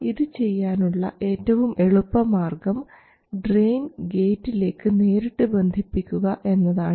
ഇത് ചെയ്യാനുള്ള ഏറ്റവും എളുപ്പ മാർഗ്ഗം ഡ്രയിൻ ഗേറ്റിലേക്ക് നേരിട്ട് ബന്ധിപ്പിക്കുക എന്നതാണ്